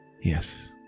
Yes